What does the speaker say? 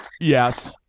yes